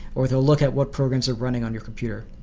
or they'll look at what programs are running on your computer.